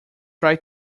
try